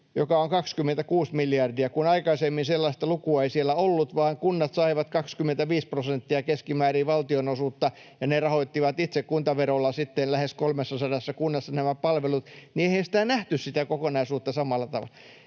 joka on 26 miljardia, kun aikaisemmin sellaista lukua ei siellä ollut vaan kunnat saivat keskimäärin 25 prosenttia valtionosuutta ja ne rahoittivat itse kuntaverolla sitten lähes 300 kunnassa nämä palvelut, niin eihän sitä kokonaisuutta nähty samalla tavalla.